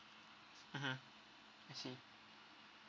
mmhmm I see